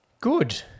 Good